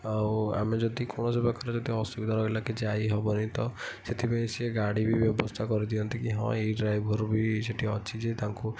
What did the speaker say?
ଆଉ ଆମେ ଯଦି କୌଣସି ପ୍ରକାରରେ ଯଦି ଅସୁବିଧା ରହିଲା କି ଯାଇ ହବନି ତ ସେଥିପାଇଁ ସିଏ ଗାଡ଼ି ବି ବ୍ୟବସ୍ଥା କରିଦିଅନ୍ତି କି ହଁ ଏଇ ଡ୍ରାଇଭର୍ ବି ସେଇଠି ଅଛି ଯେ ତାଙ୍କୁ